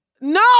No